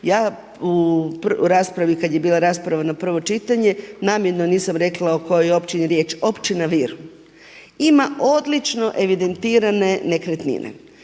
Ja u raspravi, kad je bila rasprava na prvo čitanje, namjerno nisam rekla o kojoj je općini riječ. Općina Vir. Ima odlično evidentirane nekretnine.